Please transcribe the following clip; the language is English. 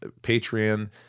Patreon